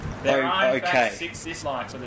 okay